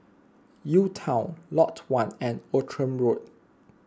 UTown Lot one and Outram Road